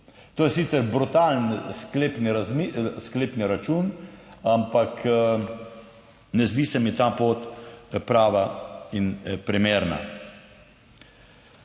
To je sicer brutalen sklepni, sklepni račun, ampak ne zdi se mi ta pot prava in primerna.